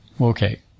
Okay